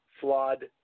flawed